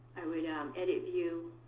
i would um edit view,